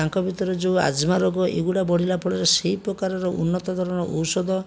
ତାଙ୍କ ଭିତରେ ଯେଉଁ ଆଜମା ରୋଗ ଏଗୁଡ଼ା ବଢ଼ିଲାଫଳରେ ସେଇପ୍ରକାରର ଉନ୍ନତ ଧରଣର ଔଷଧ